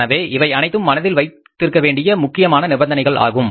எனவே இவை அனைத்தும் மனதில் வைத்திருக்க வேண்டிய முக்கியமான நிபந்தனைகள் ஆகும்